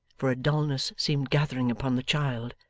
for a dulness seemed gathering upon the child,